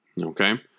Okay